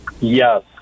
Yes